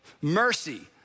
Mercy